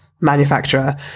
manufacturer